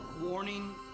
Warning